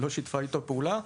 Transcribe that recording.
-- לא שיתפה איתו פעולה,